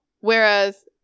whereas